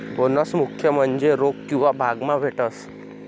bonus मुख्य म्हन्जे रोक किंवा भाग मा भेटस